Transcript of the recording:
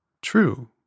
True